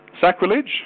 sacrilege